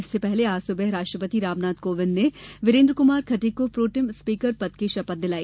इससे पहले आज सुबह राष्ट्रपति रामनाथ कोविंद ने वीरेंद्र कुमार खटीक को प्रोटेम स्पीकर पद की शपथ दिलाई